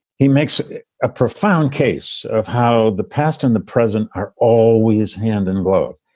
he makes a profound case of how the past and the present are all with his hand and blood.